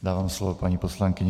Dávám slovo paní poslankyni